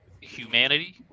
humanity